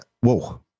whoa